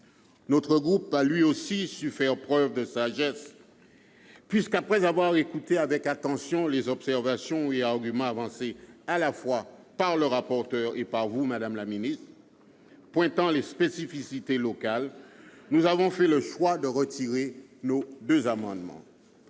Notre groupe a, lui aussi, su faire preuve de sagesse : après avoir écouté avec attention les observations et les arguments avancés à la fois par le rapporteur et par vous-même, madame la ministre, pointant les spécificités locales, nous avons fait le choix de retirer nos deux amendements.